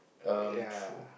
um true